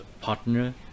partner